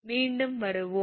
மீண்டும் வருவோம்